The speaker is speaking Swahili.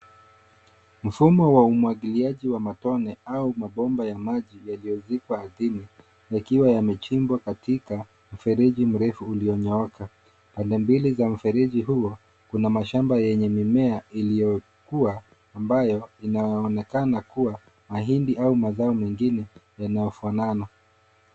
Mfumo wa umwagiliaji wa matone au mabomba ya maji yaliyozikwa ardhini yakiwa yamechimbwa katika mfereji mrefu uliyonyooka. Pande mbili za mfereji huu kuna mashamba yenye mimea iliyokuwa ambayo inaonekana kuwa mahindi au mazao mengine yanayofanana.